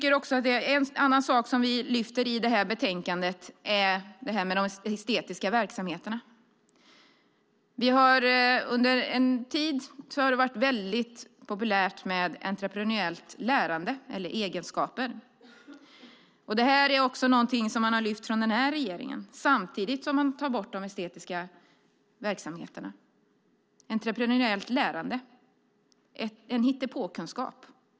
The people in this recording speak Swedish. En annan sak som vi tar upp i betänkandet är de estetiska verksamheterna. Det har under en tid varit väldigt populärt med entreprenöriellt lärande och entreprenöriella egenskaper. Det är också något som regeringen har lyft fram samtidigt som man har tagit bort de estetiska verksamheterna. Entreprenöriellt lärande - en hittepåkunskap!